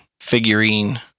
figurine